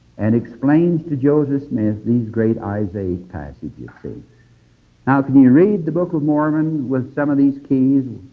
and explaining to joseph smith these great isaiah passages. now, can you read the book of mormon with some of these keys?